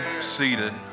seated